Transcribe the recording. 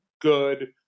good